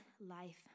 life